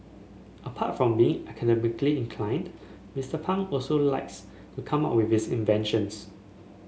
apart from being academically inclined Mister Pang also likes to come up with inventions